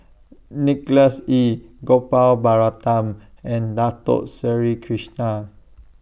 Nicholas Ee Gopal Baratham and Dato Sri Krishna